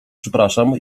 przepraszam